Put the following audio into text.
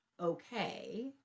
okay